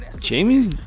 Jamie